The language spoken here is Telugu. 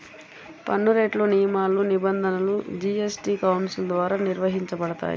పన్నురేట్లు, నియమాలు, నిబంధనలు జీఎస్టీ కౌన్సిల్ ద్వారా నిర్వహించబడతాయి